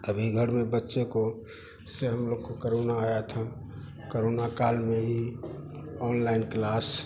अभी घर में बच्चे को से हम लोग को करोना आया था करोना काल में ही ऑनलाइन क्लास